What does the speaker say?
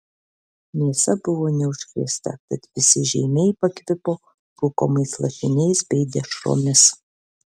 mėsa buvo neužkrėsta tad visi žeimiai pakvipo rūkomais lašiniais bei dešromis